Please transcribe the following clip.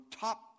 top